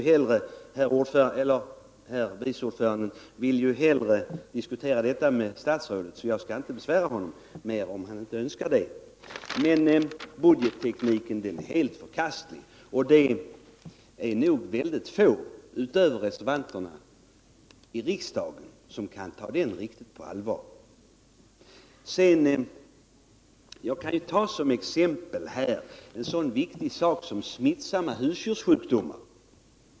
Herr vice ordföranden vill ju hellre diskutera detta med statsrådet, så jag skall inte besvära honom mera. Men budgettekniken är helt förkastlig, och det är nog få i riksdagen utöver reservanterna som kan ta den riktigt på allvar. Jag kan som exempel nämna ett sådant viktigt ändamål som bekämpandet av smittsamma husdjurssjukdomar.